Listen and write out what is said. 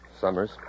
Summers